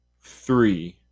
three